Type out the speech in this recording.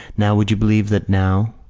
now! would you believe that now?